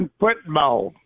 football